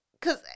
Cause